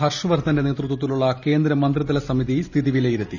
ഹർഷ്വർദ്ധന്റെ നേതൃത്വത്തിലുള്ള കേന്ദ്രമന്ത്രിതല സമിതി സ്ഥിതി വിലയിരുത്തി